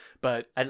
but-